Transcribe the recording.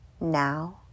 now